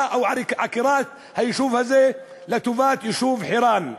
ועקירה של היישוב הזה לטובת היישוב חירן.